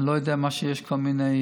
אני לא יודע, יש כל מיני